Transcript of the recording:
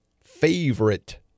favorite